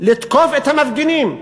לתקוף את המפגינים.